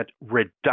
reduction